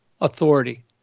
authority